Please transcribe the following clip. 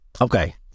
Okay